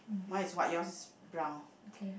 mine is white yours is brown